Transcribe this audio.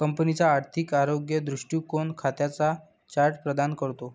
कंपनीचा आर्थिक आरोग्य दृष्टीकोन खात्यांचा चार्ट प्रदान करतो